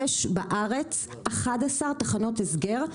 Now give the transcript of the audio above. יש בארץ 11 תחנות הסגר,